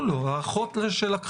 יש לנו את השלב